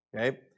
okay